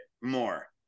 more